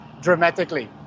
dramatically